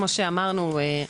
כמו שאמרנו,